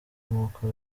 nkuko